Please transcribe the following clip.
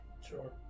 Sure